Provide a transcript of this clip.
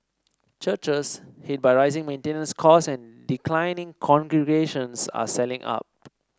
churches hit by rising maintenance costs and declining congregations are selling up